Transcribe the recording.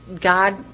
God